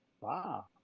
Wow